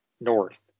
north